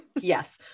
Yes